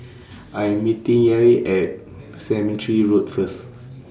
I Am meeting Yair At War Cemetery Road First